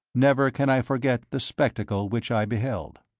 never can i forget the spectacle which i beheld.